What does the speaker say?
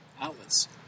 outlets